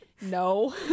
no